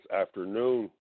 afternoon